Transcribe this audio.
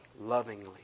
lovingly